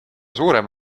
suurem